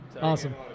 Awesome